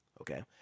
Okay